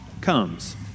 comes